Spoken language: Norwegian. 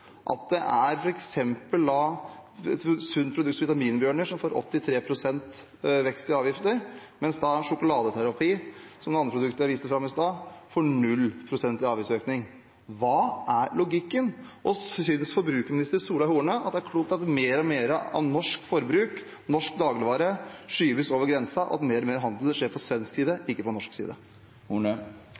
et sunt produkt som Vitaminbjørner får 83 pst. vekst i avgifter, mens Sjokoladeterapi – som er det andre produktet jeg viste fram i stad – får null prosent i avgiftsøkning? Hva er logikken? Og synes forbrukerminister Solveig Horne det er klokt at mer og mer av norsk forbruk, norsk dagligvare, skyves over grensen, og at mer og mer handel skjer på svensk side, ikke på norsk side?